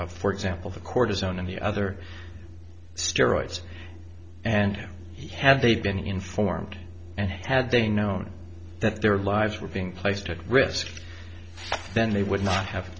of for example the cortisone and the other steroids and had they been informed and had they known that their lives were being placed at risk then they would not have